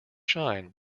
shine